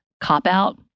cop-out